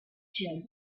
jug